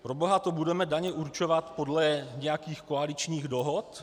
Proboha, to budeme daně určovat podle nějakých koaličních dohod?